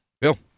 Bill